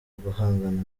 guhangana